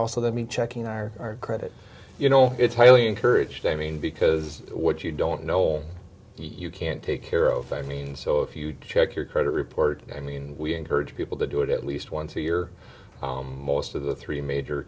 also that mean checking our credit you know it's highly encouraged i mean because what you don't know you can take care of i mean so if you'd check your credit report i mean we encourage people to do it at least once a year most of the three major